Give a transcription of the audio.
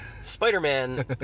Spider-Man